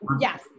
Yes